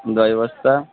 দশ বস্তা